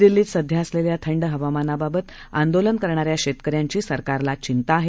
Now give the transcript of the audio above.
दिल्लीतसध्याअसलेल्याथंडहवामानबाबतआंदोलनकरणाऱ्याशेतकऱ्यांचीसरकारला चिंताआहे